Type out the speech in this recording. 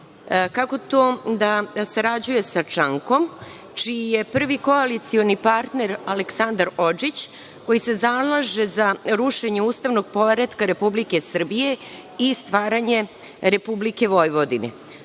kako da sarađuje sa Čankom čiji je prvi koalicioni partner Aleksandar Odžić koji se zalaže za rušenje ustavnog poretka Republike Srbije i stvaranje republike Vojvodine.